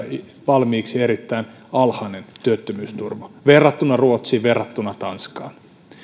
valmiiksi erittäin alhainen työttömyysturva verrattuna ruotsiin verrattuna tanskaan